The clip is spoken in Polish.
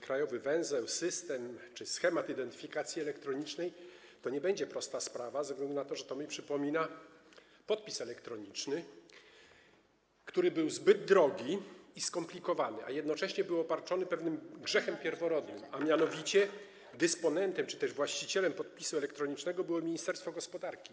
Krajowy węzeł, system czy schemat identyfikacji elektronicznej to nie będzie prosta sprawa ze względu na to, że to mi przypomina podpis elektroniczny, który był zbyt drogi i skomplikowany, jednocześnie był obarczony pewnym grzechem pierworodnym, a mianowicie dysponentem czy też właścicielem podpisu elektronicznego było Ministerstwo Gospodarki.